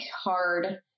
hard